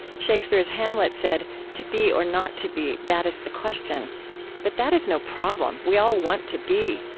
shakespeare's hamlet said to be or not to be, that is the question but that is no problem. we all want to be.